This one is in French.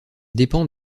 dépend